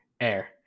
Air